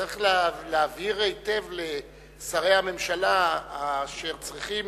צריך להבהיר היטב לשרי הממשלה אשר צריכים